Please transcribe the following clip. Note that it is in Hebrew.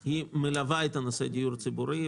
שמלווה את נושא הדיור הציבורי,